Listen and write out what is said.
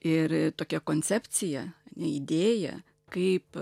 ir tokia koncepcija idėją kaip